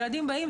ילדים באים,